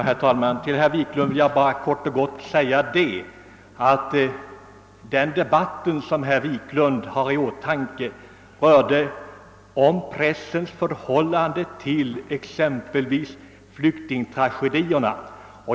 Herr talman! Till herr Wiklund i Härnösand vill jag kort och gott säga att den debatt som han har i åtanke rörde pressens förhållande till exempelvis flyktingtragedierna.